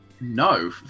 no